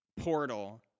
portal